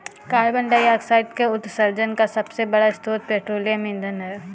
carbon dioxide के उत्सर्जन का सबसे बड़ा स्रोत पेट्रोलियम ईंधन है